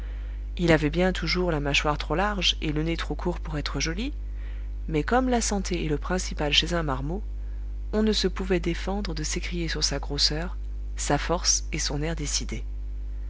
il avait bien toujours la mâchoire trop large et le nez trop court pour être joli mais comme la santé est le principal chez un marmot on ne se pouvait défendre de s'écrier sur sa grosseur sa force et son air décidé